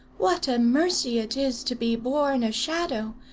what a mercy it is to be born a shadow!